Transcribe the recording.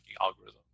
algorithm